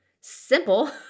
simple